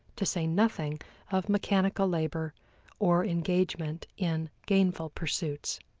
to say nothing of mechanical labor or engagement in gainful pursuits.